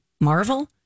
Marvel